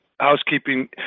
housekeeping